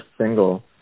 single